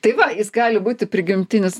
tai va jis gali būti prigimtinis